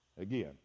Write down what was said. again